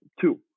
two